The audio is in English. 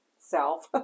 self